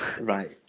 Right